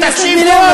חבר הכנסת מילר,